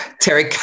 Terry